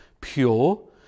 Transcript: pure